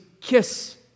kiss